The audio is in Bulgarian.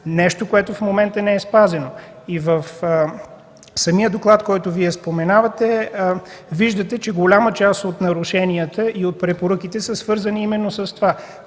нещо, което в момента не е спазено. В самия доклад, който Вие споменавате, виждате, че голяма част от нарушенията и от препоръките са свързани именно с това: